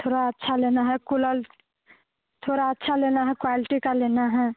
थोड़ा अच्छा लेना है कूलल थोड़ा अच्छा लेना है क्वैलटी का लेना है